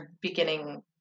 beginning